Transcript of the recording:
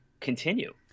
continue